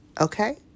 Okay